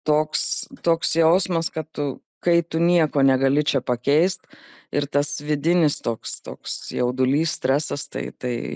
toks toks jausmas kad tu kai tu nieko negali čia pakeist ir tas vidinis toks toks jaudulys stresas tai tai